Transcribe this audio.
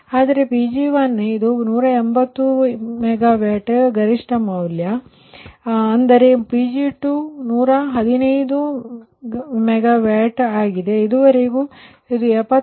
ಆದರೆ Pg1ಗೆ ಇದು 180 MW ಗರಿಷ್ಠ ಮೌಲ್ಯ ಎಂದು ನಾನು ಇಲ್ಲಿ ಹೇಳುತ್ತೇನೆ ಅಂದರೆ Pg2 115 MW ಆಗಿದೆ ಇದುವರೆಗೂ ಇದು 73